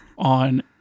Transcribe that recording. on